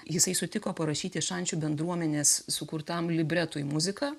jisai sutiko parašyti šančių bendruomenės sukurtam libretui muziką